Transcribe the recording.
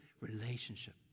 relationship